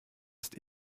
ist